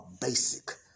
basic